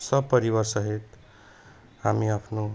सपरिवारसहित हामी आफ्नो